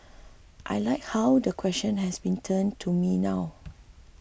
I like how the question has been turned to me now